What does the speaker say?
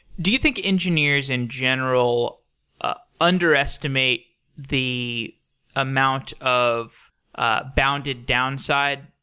do you think engineers in general ah underestimate the amount of ah bounded downside?